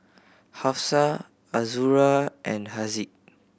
Hafsa Azura and Haziq